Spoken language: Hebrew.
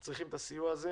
והם צריכים את הסיוע הזה.